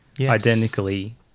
identically